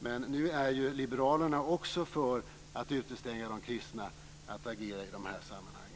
Men nu är ju liberalerna också för att utestänga de kristna från att agera i dessa sammanhang.